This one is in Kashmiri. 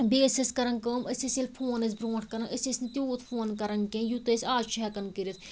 بیٚیہِ ٲسۍ أسۍ کَران کٲم أسۍ ٲسۍ ییٚلہِ فون ٲسۍ برٛونٛٹھ کَران أسۍ ٲسۍ نہٕ تیوٗت فون کَران کیٚنٛہہ یوٗتاہ أسۍ آز چھِ ہٮ۪کان کٔرِتھ